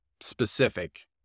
specific